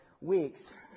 weeks